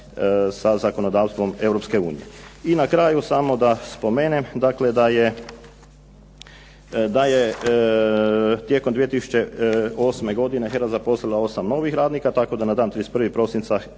sa zakonodavstvom Europske unije. I na kraju samo da spomenem dakle da je tijekom 2008. godine HERA zaposlila 8 novih radnika, tako da na dan 31. prosinca